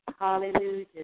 Hallelujah